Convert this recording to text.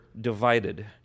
divided